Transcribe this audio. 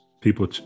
people